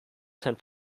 tend